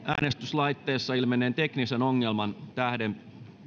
äänestyslaitteessa ilmenneen teknisen ongelman tähden